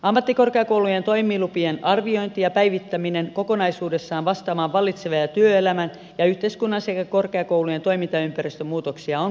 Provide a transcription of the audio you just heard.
ammattikorkeakoulujen toimilupien arviointi ja päivittäminen kokonaisuudessaan vastaamaan vallitsevia työelämän ja yhteiskunnan sekä korkeakoulujen toimintaympäristömuutoksia on paikallaan